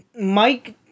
Mike